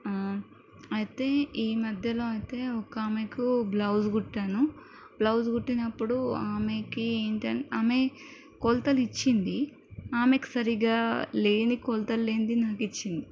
అయితే ఈ మధ్యలో అయితే ఒక ఆమెకు బ్లౌజ్ కుట్టాను బ్లోజ్ కుట్టినప్పుడు ఆమెకి ఏంటి ఆమె కొలతలు ఇచ్చింది ఆమెకు సరిగ్గా లేనిది కొలతలు లేనిది నాకిచ్చింది